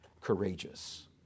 courageous